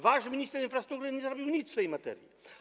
Wasz minister infrastruktury nie zrobił nic w tej materii.